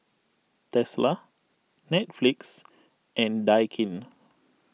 Tesla Netflix and Daikin